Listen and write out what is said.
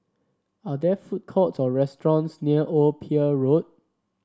are there food courts or restaurants near Old Pier Road